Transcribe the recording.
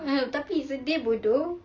tapi sedih bodoh